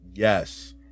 Yes